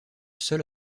seul